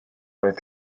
roedd